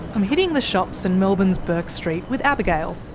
um hitting the shops in melbourne's bourke st with abigail.